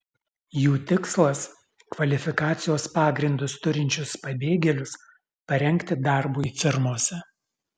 jų tikslas kvalifikacijos pagrindus turinčius pabėgėlius parengti darbui firmose